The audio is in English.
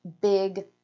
big